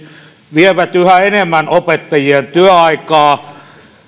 vievät yhä enemmän opettajien työaikaa